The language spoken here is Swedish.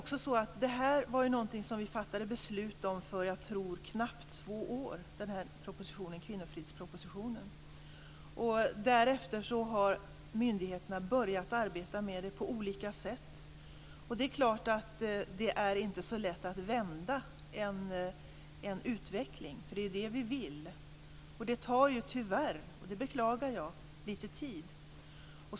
Kvinnofridspropositionen fattade vi beslut om för knappt två år sedan, tror jag. Därefter har myndigheterna börjat arbeta med detta på olika sätt. Det är klart att det inte är så lätt att vända en utveckling, för det är ju det vi vill. Det tar tyvärr, och det beklagar jag, lite tid.